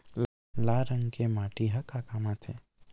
लाल रंग के माटी ह का काम आथे?